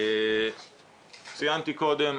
ציינתי קודם,